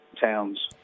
towns